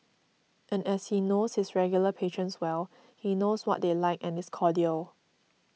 and as he knows his regular patrons well he knows what they like and is cordial